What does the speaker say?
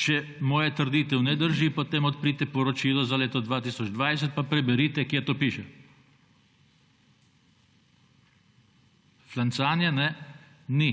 Če moja trditev ne drži, potem odprite poročilo za leto 2020 pa preberite, kje to piše. Flancanje ni